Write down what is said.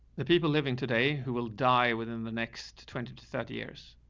the people living today who will die within the next twenty to thirty years.